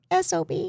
SOB